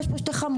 יש פה שתי חמולות,